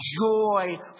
joy